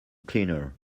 cleaner